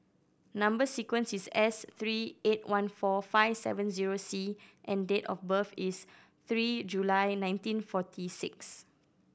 number sequence is S three eight one four five seven zero C and date of birth is three July nineteen forty six